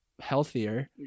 healthier